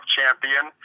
champion